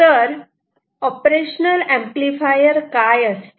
तर operational amplifier काय असते